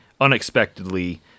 unexpectedly